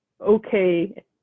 okay